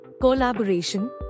collaboration